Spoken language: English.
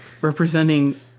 Representing